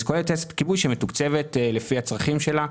זה כולל את טייסת כיבוי שמתוקצבת לפי הצרכים שלה.